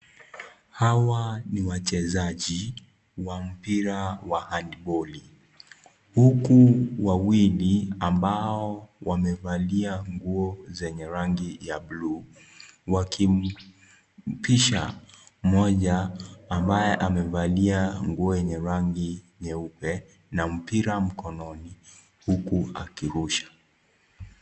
Hawa ni wachezaji wa mpira wa handball , huku wawili wakiwa wamevalia nguo zenye rangi ya buluu, wakimpisha mmoja ambaye amevalia nguo yenye rangi nyeupe na mpira mkononi huku akirusha.